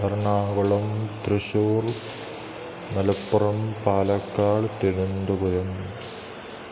Ernakulam Thrissur Malappuram Palakkad Thiruvananthapuram